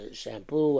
shampoo